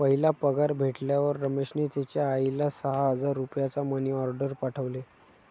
पहिला पगार भेटल्यावर रमेशने त्याचा आईला सहा हजार रुपयांचा मनी ओर्डेर पाठवले